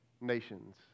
nations